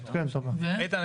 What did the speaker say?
איתן,